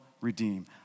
redeem